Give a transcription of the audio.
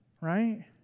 right